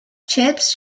chips